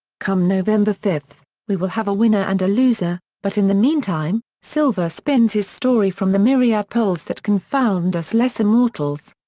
come november five, we will have a winner and a loser, but in the meantime, silver spins his story from the myriad polls that confound us lesser mortals.